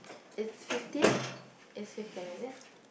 it's fifteen it's weekend is it